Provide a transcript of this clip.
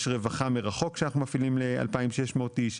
יש רווחה מרחוק שאנחנו מפעילים ל-2600 איש,